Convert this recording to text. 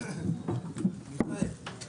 הישיבה ננעלה בשעה 10:50.